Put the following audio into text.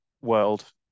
world